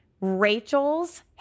Rachel's